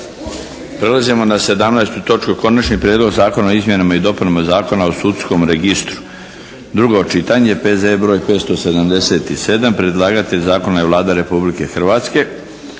Prelazimo na 17. točku. 17. Konačni prijedlog Zakona o izmjenama i dopunama Zakona o sudskom registru, drugo čitanje, P.Z.E. br. 577 Predlagatelj zakona je Vlada Republike Hrvatske.